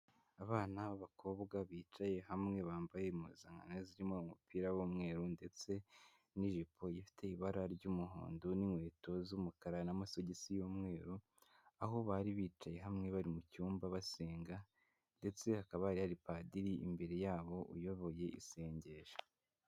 Abana b'abakobwa bicaye hamwe bambaye impuzankano zirimo umupira w'umweru ndetse n'ijipo ifite ibara ry'umuhondo n'inkweto z'umukara n'amasogisi y'umweru, aho bari bicaye hamwe bari mu cyumba basenga ndetse akaba hari padiri imbere yabo uyoboye isengesho.